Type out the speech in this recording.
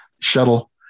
shuttle